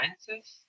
sciences